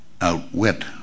outwit